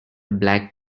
black